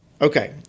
Okay